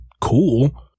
cool